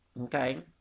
okay